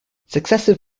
successive